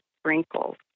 sprinkles